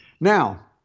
Now